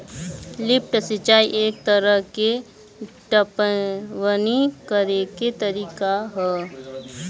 lift सिंचाई एक तरह के पटवनी करेके तरीका ह